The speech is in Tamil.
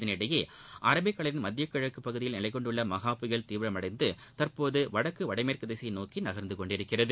இதனிடையே அரபிக்கடலின் மத்தியக்கிழக்குப் பகுதியில் நிலைகொண்டுள்ள மஹா புயல் தீவிரமடைந்து தற்போது வடக்கு வடமேற்கு திசையை நோக்கி நகர்ந்து கொண்டிருக்கிறது